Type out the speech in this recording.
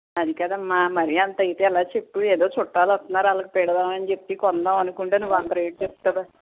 అదికాదమ్మా మరి అంత అయితే ఎలా చెప్పు ఏదో చుట్టాలు వస్తున్నారు వాళ్ళకి పెడదామని చెప్పి కొందాం అనుకుంటే నువ్వు అంత రేటు చెప్తావేమి